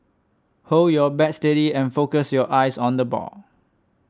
hold your bat steady and focus your eyes on the ball